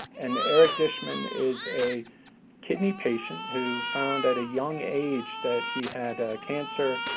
and eric dishman is a kidney patient who found at a young age that he had cancer,